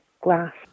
glass